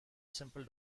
simple